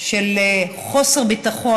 של חוסר ביטחון,